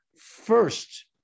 first